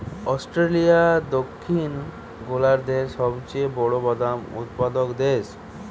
Australia দক্ষিণ গোলার্ধের সবচেয়ে বড় বাদাম উৎপাদক দেশ